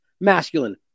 masculine